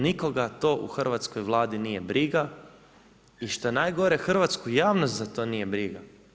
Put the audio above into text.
Nikoga to u hrvatskoj Vladi nije briga, i što je najgore, hrvatsku javnost za to nije briga.